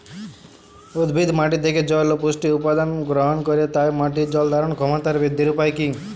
উদ্ভিদ মাটি থেকে জল ও পুষ্টি উপাদান গ্রহণ করে তাই মাটির জল ধারণ ক্ষমতার বৃদ্ধির উপায় কী?